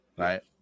Right